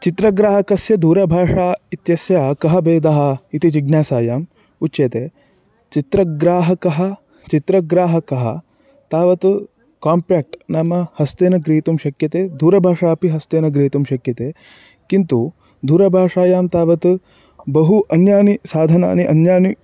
चित्रग्राहकस्य दूरभाषा इत्यस्याः कः भेदः इति जिज्ञासायाम् उच्यते चित्रग्राहकः चित्रग्राहकः तावत् काम्पेक्ट् नाम हस्तेन ग्रहीतुं शक्यते दूरभाषापि हस्तेन ग्रहीतुं शक्यते किन्तु दूरभाषायां तावत् बहूनि अन्यानि साधनानि अन्यानि